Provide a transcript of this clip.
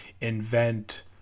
invent